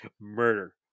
murder